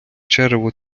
черево